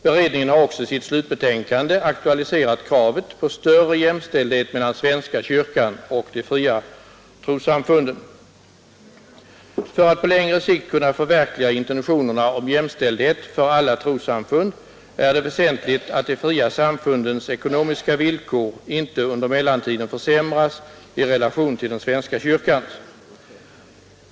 Beredningen har också i sitt slutbetänkande aktualiserat kravet på större jämställdhet mellan svenska kyrkan och de fria trossamfunden. För att på längre sikt kunna förverkliga intentionerna om jämställdhet för alla trossamfund är det väsentligt att de fria samfundens ekonomiska villkor inte under mellantiden försämras i relation till svenska kyrkan.